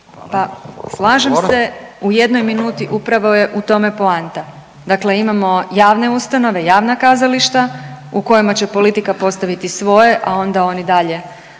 Pa slažem se, u jednoj minuti upravo je u tome poanta, dakle imamo javne ustanove, javna kazališta u kojima će politika postaviti svoje, a onda oni dalje